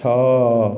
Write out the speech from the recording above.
ଛଅ